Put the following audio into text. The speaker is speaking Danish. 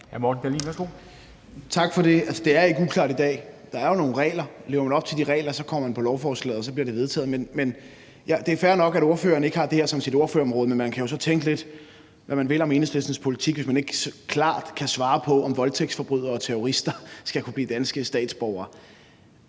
Tak for det. Altså, det er ikke uklart i dag. Der er jo nogle regler, og lever man op til de regler, kommer man på lovforslaget, og så bliver det vedtaget. Det er fair nok, at ordføreren ikke har det her som sit ordførerområde, men man kan jo så tænke, hvad man vil, om Enhedslistens politik, hvis ordføreren ikke klart kan svare på, om voldtægtsforbrydere og terrorister skal kunne blive danske statsborgere.